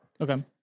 Okay